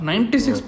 96%